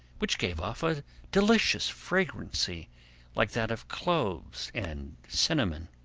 which gave off a delicious fragrancy like that of cloves and cinnamon.